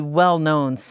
well-known